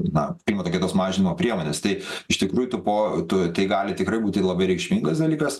na klimato kaitos mažinimo priemones tai iš tikrųjų tų po tu tai gali tikrai būt labai reikšmingas dalykas